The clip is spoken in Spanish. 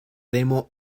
demo